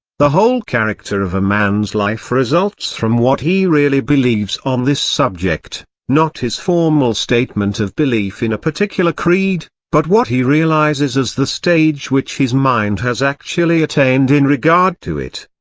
the whole character of a man's life results from what he really believes on this subject not his formal statement of belief in a particular creed, but what he realises as the stage which his mind has actually attained in regard to it.